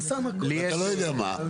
אתה לא יודע מה,